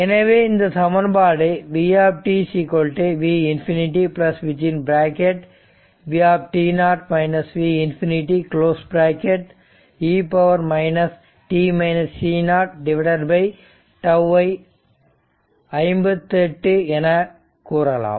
எனவே இந்த சமன்பாடு v V∞ V V∞ e τ ஐ 58 எனக் கூறலாம்